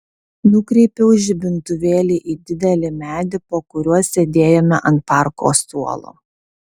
nukreipiau žibintuvėlį į didelį medį po kuriuo sėdėjome ant parko suolo